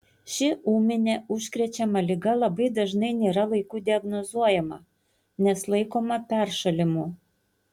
ši ūminė užkrečiama liga labai dažnai nėra laiku diagnozuojama nes laikoma peršalimu